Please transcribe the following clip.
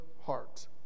heart